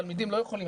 תלמידים לא יכולים,